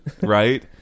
Right